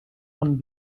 amb